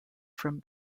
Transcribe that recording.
from